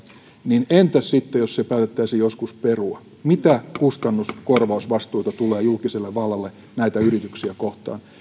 niin entä sitten jos se päätettäisiin joskus perua mitä kustannuskorvausvastuita tulee julkiselle vallalle näitä yrityksiä kohtaan